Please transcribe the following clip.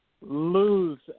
lose